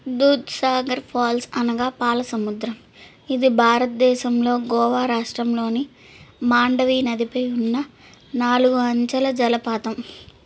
దూద్ Sagar falls అనగా పాల సముద్రం ఇది భారతదేశంలో గోవా రాష్ట్రంలోని మాండవి నదిపై ఉన్న నాలుగు అంచెల జలపాతం